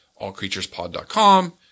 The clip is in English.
allcreaturespod.com